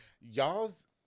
Y'all's